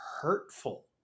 hurtful